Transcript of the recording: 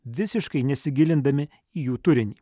visiškai nesigilindami į jų turinį